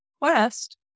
quest